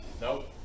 Nope